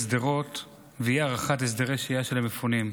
שדרות ואי-הארכת הסדרי שהייה של המפונים.